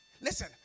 Listen